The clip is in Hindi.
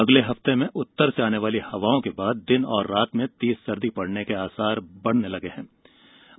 अगले हफ्तें में उत्तर से आने वाली हवाओं के बाद दिन और रात में तेज सर्दी पडने के आसार बनने लगेगें